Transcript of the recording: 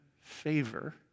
favor